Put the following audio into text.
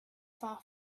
far